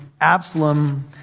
Absalom